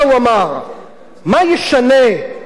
מה ישנה את המזרח התיכון?